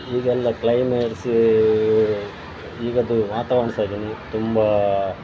ಈಗೆಲ್ಲ ಕ್ಲೈಮೇಟ್ಸ್ ಈಗಿಂದು ವಾತಾವರಣ ಸಹ ಹಾಗೆನೆ ತುಂಬ